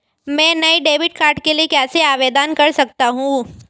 मैं नए debit card के लिए कैसे आवेदन कर सकता हूँ?